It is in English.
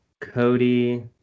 cody